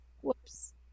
Whoops